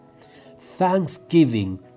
Thanksgiving